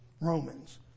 Romans